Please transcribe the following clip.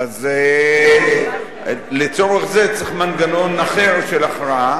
אז לצורך זה צריך מנגנון אחר של הכרעה,